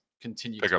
continue